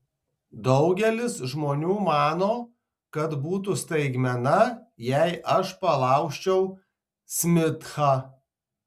daugelis žmonių mano kad būtų staigmena jei aš palaužčiau smithą